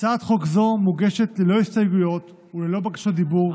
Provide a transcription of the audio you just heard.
הצעת חוק זו מוגשת ללא הסתייגויות וללא בקשות דיבור,